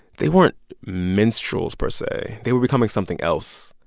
they weren't minstrels per say. they were becoming something else,